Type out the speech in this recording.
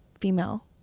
female